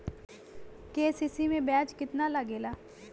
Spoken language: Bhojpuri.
के.सी.सी में ब्याज कितना लागेला?